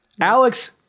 Alex